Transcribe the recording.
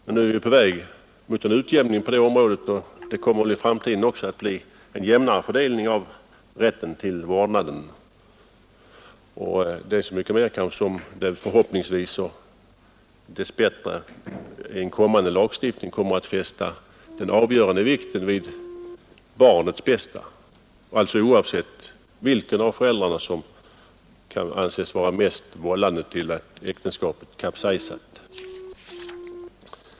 Vi är ju på väg mot en utjämning på det området, och det kommer väl i framtiden också att bli en jämnare fördelning av vårdnadsrätten, så mycket mer som förhoppningsvis och dess bättre en kommande lagstiftning kommer att fästa den avgörande vikten vid barnets bästa, oavsett vilken av föräldrarna som kan anses vara mest vållande till att äktenskapet kapsejsat.